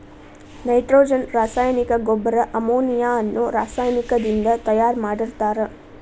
nitrogen ರಾಸಾಯನಿಕ ಗೊಬ್ಬರ ammonia ಅನ್ನೋ ರಾಸಾಯನಿಕದಿಂದ ತಯಾರ್ ಮಾಡಿರ್ತಾರ